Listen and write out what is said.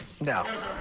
No